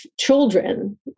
children